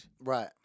Right